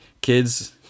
kids